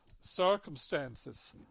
circumstances